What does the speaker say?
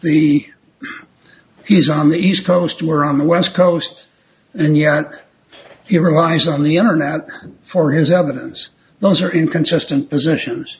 the he's on the east coast were on the west coast and yet your eyes on the internet for his evidence those are inconsistent positions